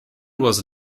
was